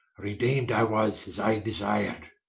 redeem'd i was as i desir'd.